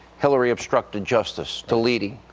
hillary obstructed justice. deleting.